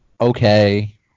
Okay